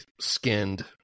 skinned